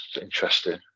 interesting